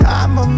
I'ma